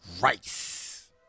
rice